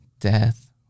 death